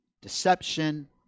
deception